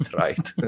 right